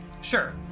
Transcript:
Sure